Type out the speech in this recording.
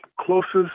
Closest